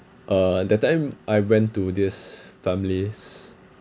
uh that time I went to this family's